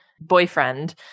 boyfriend